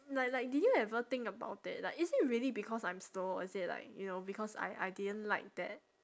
like like did you ever think about it like is it really because I'm slow or is it like you know because I I didn't like that